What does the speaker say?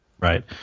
Right